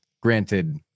granted